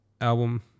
album